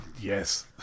Yes